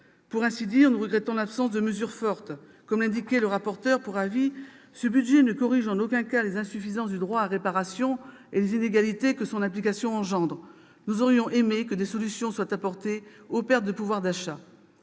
Pour ainsi dire, nous regrettons l'absence de mesures fortes. Comme l'indique le rapporteur pour avis dans son rapport, ce budget « ne corrige en aucun cas les insuffisances du droit à réparation et les inégalités que son application engendre. » Nous aurions aimé que des solutions soient apportées aux pertes de pouvoir d'achat.